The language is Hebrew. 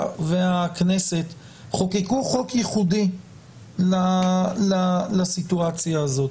והכנסת חוקקו חוק ייחודי לסיטואציה הזאת.